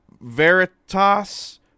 Veritas